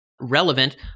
relevant